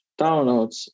downloads